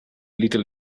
little